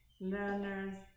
learners